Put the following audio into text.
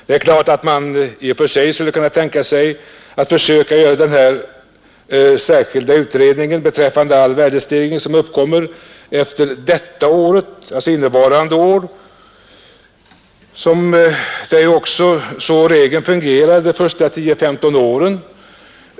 Det är klart att man i och för sig skulle kunna tänka sig att försöka göra den här särskilda utredningen beträffande all värdestegring som uppkommer efter innevarande år. Det är också på det sättet som regeln fungerar de första 10—15 åren.